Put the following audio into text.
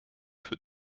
für